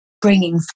bringing